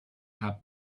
had